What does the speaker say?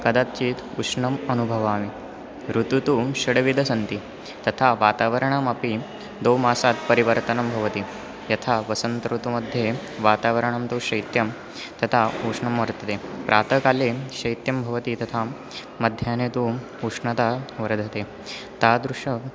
कदाचित् उष्णम् अनुभवामि ऋतुः तु षड्विधः सन्ति तथा वातावरणमपि द्वे मासात् परिवर्तनं भवति यथा वसन्तऋतुमध्ये वातावरणं तु शैत्यं तथा उष्णं वर्तते प्रातःकाले शैत्यं भवति तथा मध्याह्ने तु उष्णता वर्धते तादृशः